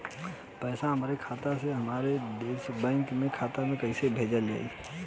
पैसा हमरा खाता से हमारे दोसर बैंक के खाता मे कैसे भेजल जायी?